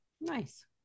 Nice